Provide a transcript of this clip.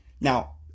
Now